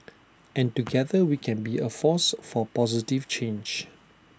and together we can be A force for positive change